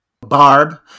Barb